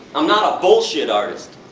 i'm not a bullshit artist.